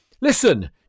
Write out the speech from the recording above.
Listen